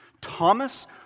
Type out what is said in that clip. Thomas